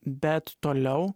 bet toliau